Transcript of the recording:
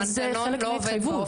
אבל זה חלק מההתחייבות.